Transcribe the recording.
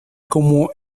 como